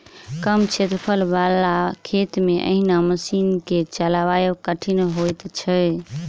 कम क्षेत्रफल बला खेत मे एहि मशीन के चलायब कठिन होइत छै